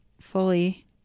fully